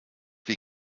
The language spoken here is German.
wie